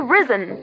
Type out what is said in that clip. risen